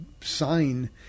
sign